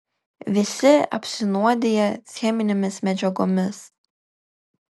visi apsinuodiję cheminėmis medžiagomis